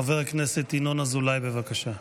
חבר הכנסת ינון אזולאי, בבקשה.